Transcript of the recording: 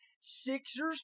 Sixers